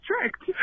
tricked